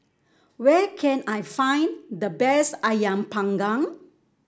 where can I find the best ayam panggang